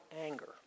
anger